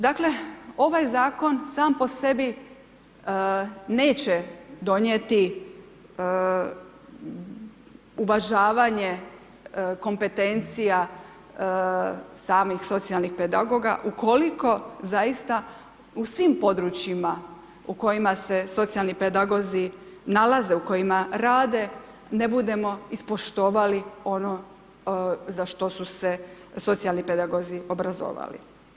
Dakle ovaj zakon sam po sebi neće donijeti uvažavanje kompetencija samih socijalnih pedagoga ukoliko zaista u svim područjima u kojima se socijalni pedagozi nalaze, u kojima rade ne budemo ispoštovali ono za što su se socijalni pedagozi obrazovali.